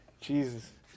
jesus